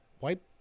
wipe